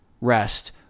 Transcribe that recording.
rest